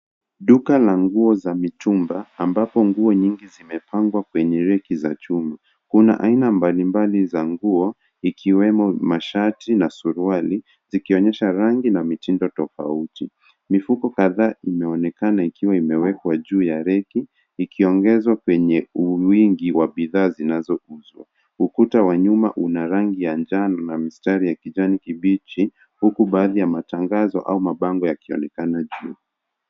Duka la nguo za mitumba ambapo nguo nyingi zimepangwa kwenye reki za chuma. Kuna aina mbalimbali za nguo ikiwemo mashati na suruali zikionyesha rangi na mitindo tofauti. Mifuko kadhaa inaonekana ikiwa imewekwa juu ya reki ikiongezwa kwenye uwingi wa bidhaa zinazouzwa. Ukuta wa nyuma una rangi ya njano na mistari ya kijani kibichi huku baadhi ya matangazo au mabango yakionekana juu.